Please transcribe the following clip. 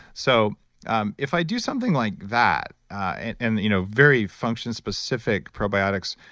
so um if i do something like that and and you know very function specific probiotics,